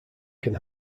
can